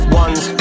ones